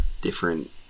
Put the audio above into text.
different